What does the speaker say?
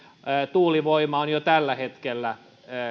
tuulivoima on jo tällä hetkellä